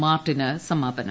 മാർട്ടിന് സമാപനം